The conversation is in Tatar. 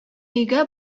өйгә